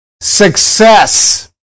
success